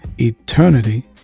eternity